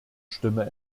stimme